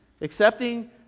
Accepting